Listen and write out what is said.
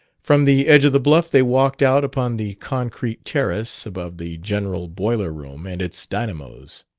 from the edge of the bluff they walked out upon the concrete terrace above the general boiler-room and its dynamos.